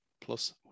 plus